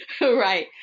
Right